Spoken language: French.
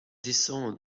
descend